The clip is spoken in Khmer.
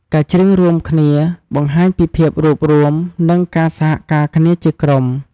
ការច្រៀងរួមគ្នាបង្ហាញពីភាពរួបរួម និងការសហការគ្នារបស់ក្រុម។